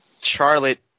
Charlotte